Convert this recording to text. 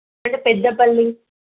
అంటే పెద్దపల్లి